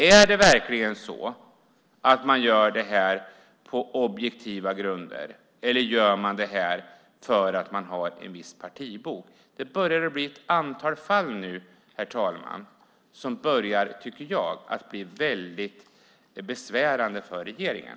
Är det verkligen så att utnämningarna görs på objektiva grunder, eller gör man så här därför att personen i fråga har en viss partibok? Det börjar bli ett antal fall nu, herr talman, som jag tycker är väldigt besvärande för regeringen.